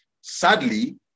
sadly